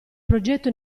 progetto